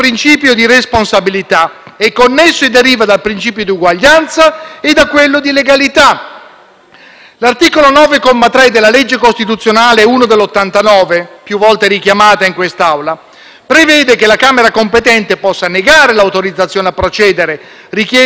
L'articolo 9, comma 3, della legge costituzionale n.1 del 1989, più volte richiamata in quest'Aula, prevede che la Camera competente possa negare l'autorizzazione a procedere richiesta per un reato ministeriale, ma solo a precise condizioni e in particolare se reputa